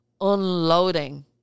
unloading